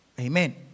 Amen